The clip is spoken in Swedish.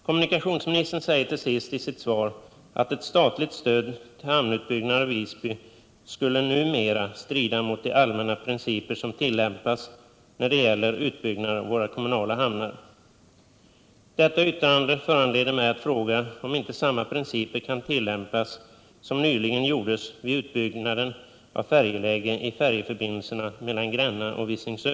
Kommunikationsministern säger till sist i sitt svar: ”Ett statligt stöd till hamnutbyggnad i Visby skulle numera strida mot de allmänna principer som tillämpas när det gäller utbyggnad av våra kommunala hamnar.” Detta yttrande föranleder mig att fråga om inte samma principer kan tillämpas som nyligen gjordes vid utbyggnaden av färjeläge i färjeförbindelserna mellan Gränna och Visingsö.